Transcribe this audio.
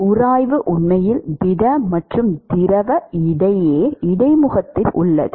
உராய்வு உண்மையில் திட மற்றும் திரவ இடையே இடைமுகத்தில் உள்ளது